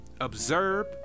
Observe